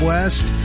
West